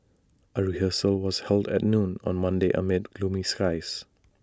A rehearsal was held at noon on Monday amid gloomy skies